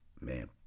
Man